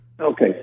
Okay